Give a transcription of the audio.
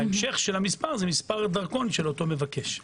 המשך המספר הוא מספר הדרכון של אותו מבקש.